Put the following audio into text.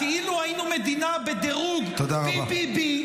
כאילו היינו מדינה בדירוג BBBB,